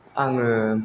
आङो